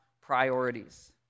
priorities